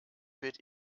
weht